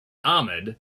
ahmed